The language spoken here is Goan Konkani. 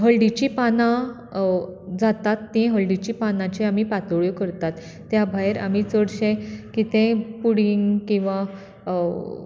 हळडीचीं पानां जातात तीं हळडीचीं पानांचीं आमी पाताळ्यो करतात त्या भायर आमी चडशें कितेंय पुडींग किंवा